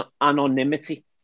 anonymity